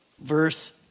verse